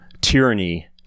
tyranny